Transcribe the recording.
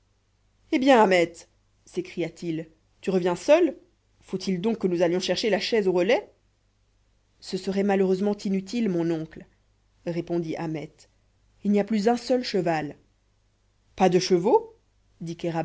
eh bien ahmet s'écria-t-il tu reviens seul faut-il donc que nous allions chercher la chaise au relais ce serait malheureusement inutile mon oncle répondit ahmet il n'y a plus un seul cheval pas de chevaux